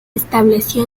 estableció